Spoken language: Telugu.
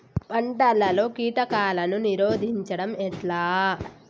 పంటలలో కీటకాలను నిరోధించడం ఎట్లా?